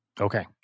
Okay